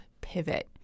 pivot